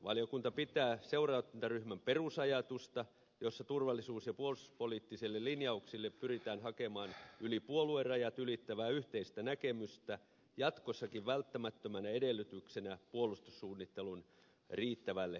valiokunta pitää seurantaryhmän perusajatusta jossa turvallisuus ja puolustuspoliittisille linjauksille pyritään hakemaan yli puoluerajat ylittävää yhteistä näkemystä jatkossakin välttämättömänä edellytyksenä puolustussuunnittelun riittävälle pitkäjänteisyydelle